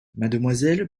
mademoiselle